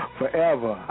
forever